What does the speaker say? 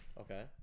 Okay